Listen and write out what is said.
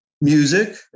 music